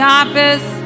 office